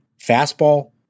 Fastball